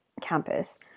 campus